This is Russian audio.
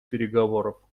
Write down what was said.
переговоров